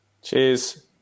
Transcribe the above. Cheers